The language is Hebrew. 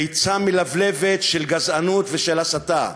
ביצה מלבלבת של גזענות ושל הסתה.